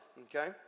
okay